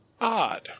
odd